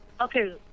Okay